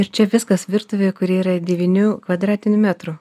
ir čia viskas virtuvėj kuri yra devynių kvadratinių metrų